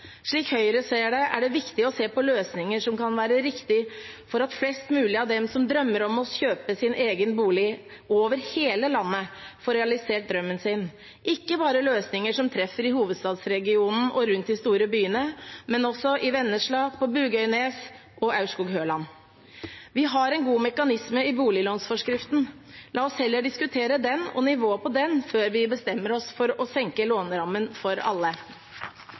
Slik Høyre ser det, er det viktig å se på løsninger som kan være riktige for at flest mulig av dem som over hele landet drømmer om å kjøpe sin egen bolig, får realisert drømmen sin – ikke bare løsninger som treffer i hovedstadsregionen og rundt de store byene, men også i Vennesla, på Bugøynes og i Aurskog-Høland. Vi har en god mekanisme i boliglånsforskriften. La oss heller diskutere den og nivået på den før vi bestemmer oss for å senke lånerammen for alle.